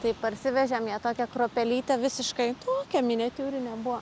tai parsivežėm ją tokią kruopelytę visiškai tokią miniatiūrinė buvo